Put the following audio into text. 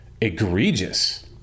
egregious